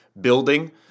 building